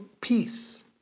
peace